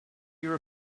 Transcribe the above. your